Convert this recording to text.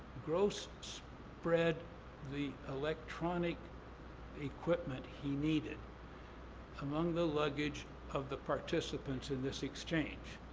gross spread the electronic equipment he needed among the luggage of the participants in this exchange.